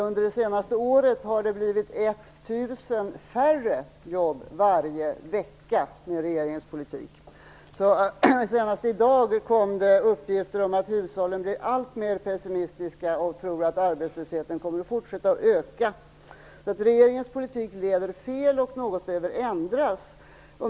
Under det senaste året har det blivit Senast i dag kom det uppgifter om att hushållen blir alltmer pessimistiska och tror att arbetslösheten kommer att fortsätta att öka. Regeringens politik leder fel, och något behöver ändras.